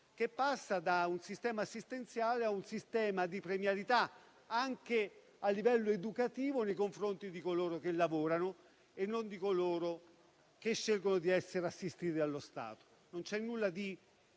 che passa da un sistema assistenziale a un sistema di premialità, anche a livello educativo, nei confronti di coloro che lavorano e non di coloro che scelgono di essere assistiti dallo Stato. Non c'è nulla di